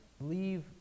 leave